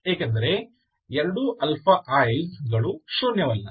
ಏಕೆಂದರೆ ಎರಡೂ is ಗಳು ಶೂನ್ಯವಲ್ಲ